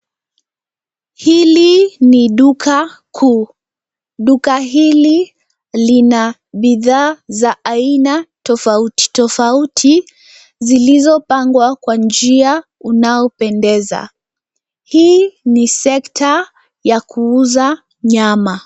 Hili ni duka kuu. Duka hili lina bidhaa za aina tofauti tofauti zilizopangwa kwa njia unaopendeza. Hii ni sekta ya kuuza nyama.